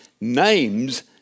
names